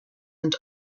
and